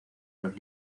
los